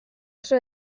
oso